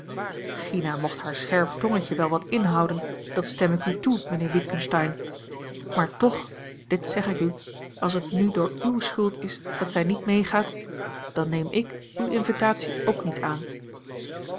gina mocht haar scherp tongetje wel wat inhouden dat stem ik u toe mijnheer witgensteyn maar toch dit zeg ik u als het nu door uwe schuld is dat zij niet meegaat dan neem ik uwe invitatie ook niet aan